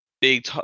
big